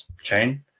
chain